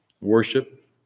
worship